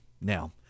Now